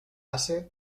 ase